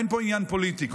אין פה עניין פוליטי,